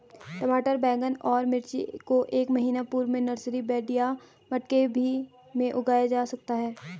टमाटर बैगन और मिर्ची को एक महीना पूर्व में नर्सरी बेड या मटके भी में उगाया जा सकता है